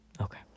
Okay